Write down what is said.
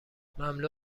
مملو